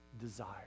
desire